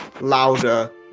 louder